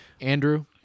Andrew